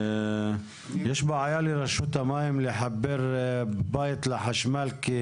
יש בעיה לרשות המים לחבר בית לחשמל, כי